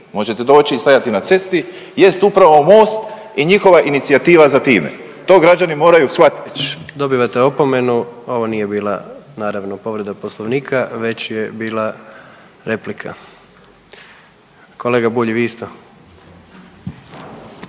možete doći i stajati na cesti jest upravo Most i njihova inicijativa za time. To građani moraju shvatiti. **Jandroković, Gordan (HDZ)** Dobivate opomenu, ovo nije bila naravno povreda Poslovnika već je bila replika. Kolega Bulj, vi isto.